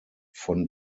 von